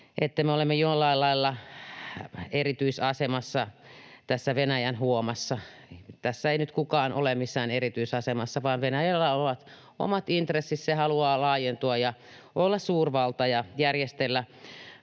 ehkä oletin, jollain lailla erityisasemassa tässä Venäjän huomassa. Tässä ei nyt kukaan ole missään erityisasemassa, vaan Venäjällä on omat intressit, se haluaa laajentua ja olla suurvalta ja järjestellä